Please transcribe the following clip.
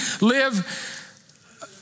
live